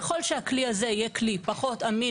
ככל שהכלי הזה יהיה כלי פחות אמין